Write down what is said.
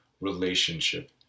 relationship